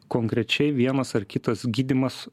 konkrečiai vienas ar kitas gydymas